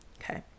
Okay